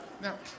Now